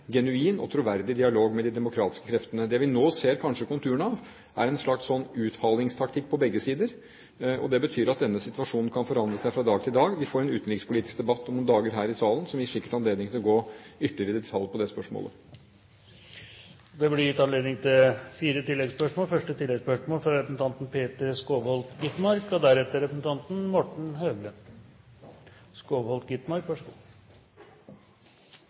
genuin og troverdig dialog med de demokratiske kreftene. Det vi nå kanskje ser konturene av, er en slags uthalingstaktikk på begge sider, og det betyr at denne situasjonen kan forandre seg fra dag til dag. Vi får en utenrikspolitisk debatt om noen dager her i salen som sikkert gir oss anledning til å gå ytterligere i detalj på det spørsmålet. Det blir